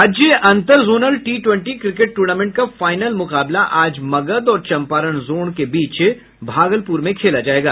राज्य अंतर zonal T twenty cricket tournament का फाइनल मुकाबला आज मगध और चंपारण जोन के बीच भागलपुर में खेला जायेगा